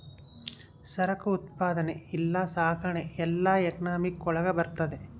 ಸರಕು ಉತ್ಪಾದನೆ ಇಲ್ಲ ಸಾಗಣೆ ಎಲ್ಲ ಎಕನಾಮಿಕ್ ಒಳಗ ಬರ್ತದೆ